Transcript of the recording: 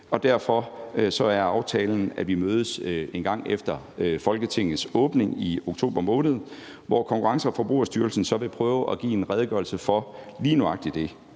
Derfor er aftalen, at vi mødes en gang efter Folketingets åbning i oktober måned, hvor Konkurrence- og Forbrugerstyrelsen så vil prøve at give en redegørelse for lige nøjagtig det,